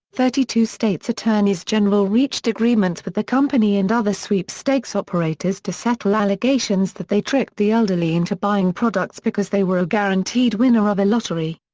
thirty two states attorneys general reached agreements with the company and other sweepstakes operators to settle allegations that they tricked the elderly into buying products because they were a guaranteed winner of a lottery.